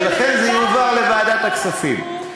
ולכן זה יועבר לוועדת הכספים.